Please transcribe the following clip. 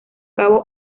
cabo